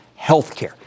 healthcare